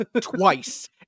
twice